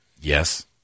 Yes